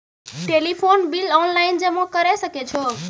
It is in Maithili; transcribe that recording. टेलीफोन बिल ऑनलाइन जमा करै सकै छौ?